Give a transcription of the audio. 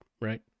right